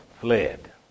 fled